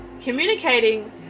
communicating